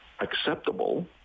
acceptable